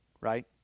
right